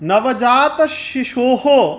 नवजातशिशोः